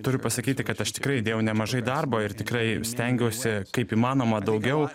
turiu pasakyti kad aš tikrai įdėjau nemažai darbo ir tikrai stengiuosi kaip įmanoma daugiau